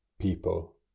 People